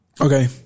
Okay